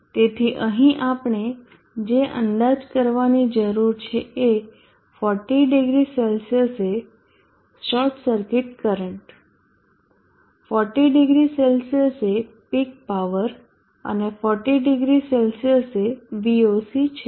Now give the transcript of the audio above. તેથી અહીં આપણે જે અંદાજ કરવાની જરૂર છે એ 400 C એ શોર્ટ સર્કિટ કરંટ 400 C એ પીક પાવર અને 400 C એ VOC છે